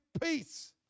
peace